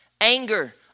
anger